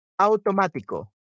automático